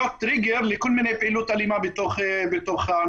טריגר לכל מיני פעילות אלימה בתוך המשפחה.